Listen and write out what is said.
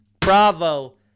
Bravo